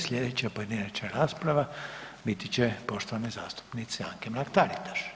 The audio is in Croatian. Sljedeća pojedinačna rasprava biti će poštovane zastupnice Anke Mrak-Taritaš.